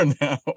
now